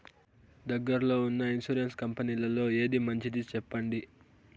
దగ్గర లో ఉన్న ఇన్సూరెన్సు కంపెనీలలో ఏది మంచిది? సెప్పండి?